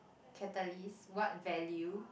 catalyst what value